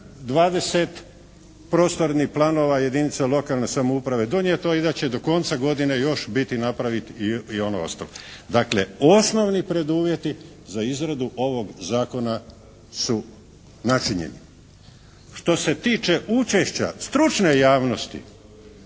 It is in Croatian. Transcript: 520 prostornih planova jedinica lokalne samouprave donijeto i da će do konca godine još biti napravito i ono ostalo. Dakle osnovni preduvjeti za izradu ovog zakona su načinjeni. Što se tiče učešća stručne javnosti